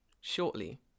shortly